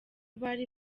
bari